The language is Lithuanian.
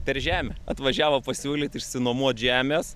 per žemę atvažiavo pasiūlyt išsinuomot žemės